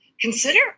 consider